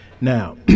Now